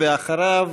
ואחריו,